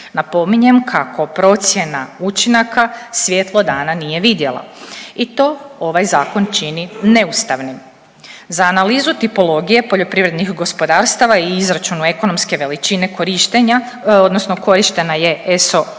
Napominjem kako procjena učinaka svjetlo dana nije vidjela i to ovaj zakon čini neustavnim. Za analizu tipologije poljoprivrednih gospodarstava i izračunu ekonomske veličine korištenja odnosno korištena je ESO